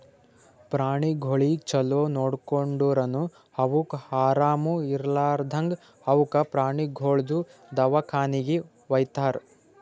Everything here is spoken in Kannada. ಪ್ರಾಣಿಗೊಳಿಗ್ ಛಲೋ ನೋಡ್ಕೊಂಡುರನು ಅವುಕ್ ಆರಾಮ ಇರ್ಲಾರ್ದಾಗ್ ಅವುಕ ಪ್ರಾಣಿಗೊಳ್ದು ದವಾಖಾನಿಗಿ ವೈತಾರ್